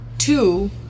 Two